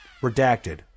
Redacted